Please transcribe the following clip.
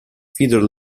feeder